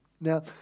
Now